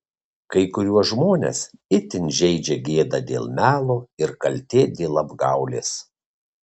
kai kuriuos žmones itin žeidžia gėda dėl melo ir kaltė dėl apgaulės